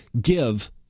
give